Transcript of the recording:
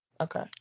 Okay